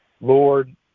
Lord